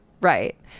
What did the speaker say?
right